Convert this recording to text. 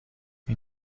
این